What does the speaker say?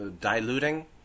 diluting